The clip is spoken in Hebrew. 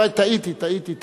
יאמר: טעיתי,